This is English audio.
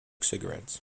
cigarettes